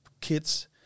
Kids